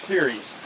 Series